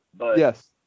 yes